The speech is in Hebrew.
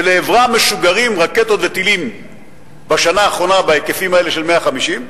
שלעברה משוגרים בשנה האחרונה רקטות וטילים בהיקפים האלה של 150,